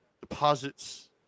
deposits